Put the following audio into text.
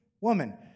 woman